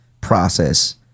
process